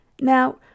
Now